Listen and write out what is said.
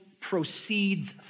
proceeds